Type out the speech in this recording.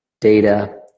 Data